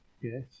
Yes